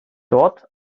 dort